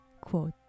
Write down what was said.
quote